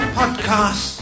podcast